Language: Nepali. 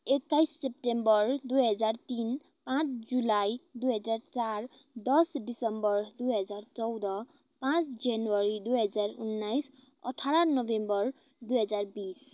एक्काइस सेप्टेम्बर दुई हजार तिन पाँच जुलाई दुई हजार चार दस दिसम्बर दुई हजार चौध पाँच जनवरी दुई हजार उन्नाइस अठार नोभेम्बर दुई हजार बिस